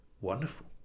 wonderful